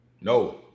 No